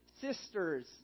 sisters